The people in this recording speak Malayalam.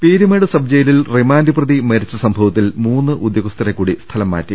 പീരുമേട് സബ് ജയിലിൽ റിമാൻഡ് പ്രതി മരിച്ച സംഭവത്തിൽ മൂന്ന് ഉദ്യോഗസ്ഥരെക്കൂടി സ്ഥലംമാറ്റി